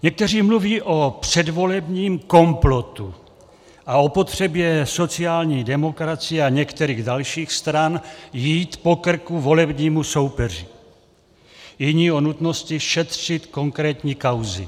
Někteří mluví o předvolebním komplotu a o potřebě sociální demokracie a některých dalších stran jít po krku volebnímu soupeři, jiní o nutnosti šetřit konkrétní kauzy.